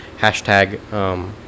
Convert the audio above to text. hashtag